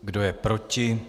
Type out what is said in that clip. Kdo je proti?